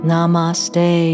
Namaste